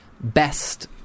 best